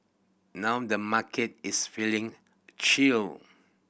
now the market is feeling chill